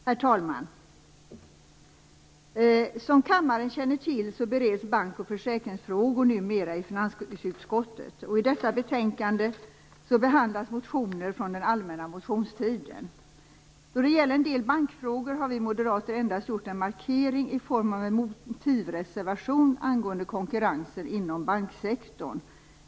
Herr talman! Som kammaren känner till bereds bank och försäkringsfrågor numera av finansutskottet. I detta betänkande behandlas motioner från den allmänna motionstiden. Då det gäller en del bankfrågor har vi moderater endast gjort en markering i form av en motivreservation angående konkurrensen inom banksektorn.